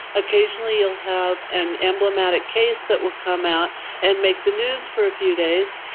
occasionally you'll have an emblematic case that will come out and make the news for a few days,